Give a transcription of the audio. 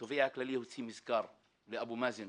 התובע הכללי הוציא מזכר לאבו מאזן